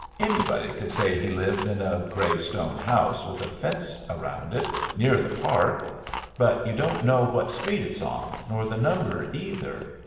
anybody could say he lived in a gray stone house with a fence around it, near the park but you don't know what street it's on, nor the number, either.